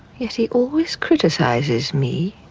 yet he always criticizes me.